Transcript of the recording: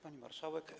Pani Marszałek!